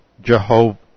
Jehovah